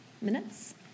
minutes